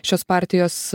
šios partijos